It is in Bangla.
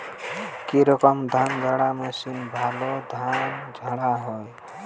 কি রকম ধানঝাড়া মেশিনে ভালো ধান ঝাড়া হয়?